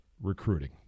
recruiting